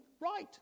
right